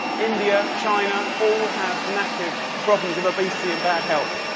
india, china, all have massive problems of obesity and bad health.